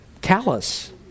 callous